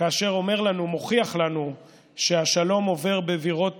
כאשר הוא אומר לנו, מוכיח לנו, שהשלום עובר בבירות